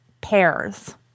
pairs